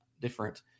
different